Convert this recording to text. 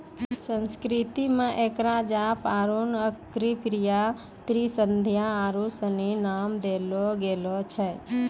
संस्कृत मे एकरा जपा अरुण अर्कप्रिया त्रिसंध्या आरु सनी नाम देलो गेल छै